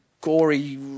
gory